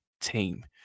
team